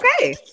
okay